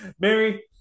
Mary